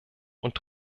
und